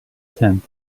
tent